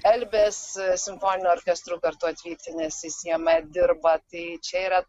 elbės simfoniniu orkestru kartu atvykti ir nes jis jame dirba tai čia yra